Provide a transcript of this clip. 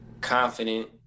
confident